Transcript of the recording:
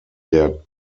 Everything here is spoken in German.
der